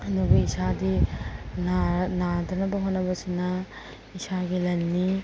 ꯑꯗꯨꯕꯨ ꯏꯁꯥꯗꯤ ꯅꯥꯗꯅꯕ ꯍꯣꯠꯅꯕꯁꯤꯅ ꯏꯁꯥꯒꯤ ꯂꯟꯅꯤ